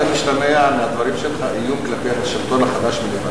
האם משתמע מהדברים שלך איום כלפי השלטון החדש בלבנון?